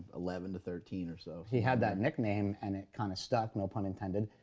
eleven to thirteen or so he had that nickname and it kind of stuck, no pun intended,